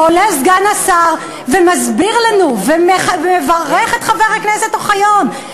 ועולה סגן השר ומסביר לנו ומברך את חבר הכנסת אוחיון.